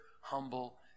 humble